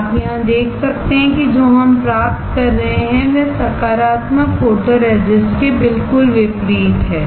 आप यहां देख सकते हैं कि जो हम प्राप्त कर रहे हैं वह सकारात्मक फोटोरेसिस्ट के बिल्कुल विपरीत है